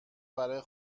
برا